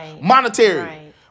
Monetary